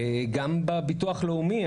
גם בביטוח לאומי,